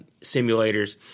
simulators